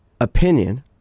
opinion